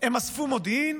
הם אספו מודיעין,